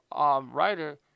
writer